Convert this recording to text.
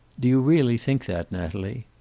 do you really think that, natalie?